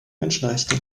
menschenrechte